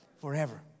forever